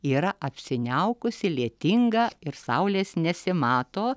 yra apsiniaukusi lietinga ir saulės nesimato